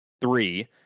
three